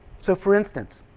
so for instance,